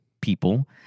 people